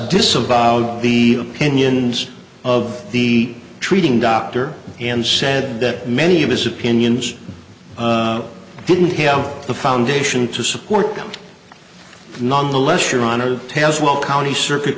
disavowed the opinions of the treating doctor and said that many of his opinions didn't have the foundation to support nonetheless your honor as well county circuit